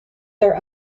their